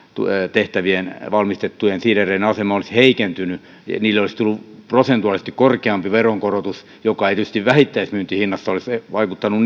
valmistettujen siidereiden asema olisi heikentynyt niille olisi tullut prosentuaalisesti korkeampi veronkorotus mikä ei tietysti vähittäismyyntihinnassa olisi vaikuttanut